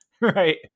Right